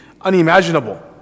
unimaginable